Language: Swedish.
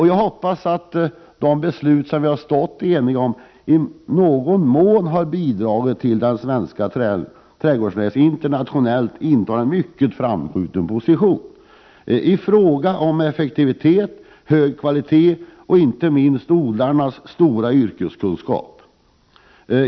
Jag hoppas att de beslut som vi varit eniga om i någon mån har bidragit till att den svenska trädgårdsnäringen internationellt sett intar en mycket framskjuten position på grund av dess effektivitet, produkternas höga kvalitet och inte minst odlarnas stora yrkeskunskaper.